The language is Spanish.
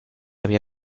había